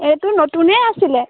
এইটো নতুনেই আছিল